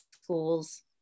schools